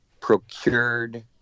procured